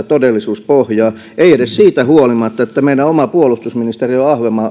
todellisuuspohjaa ei edes siitä huolimatta että meidän oma puolustusministerimme on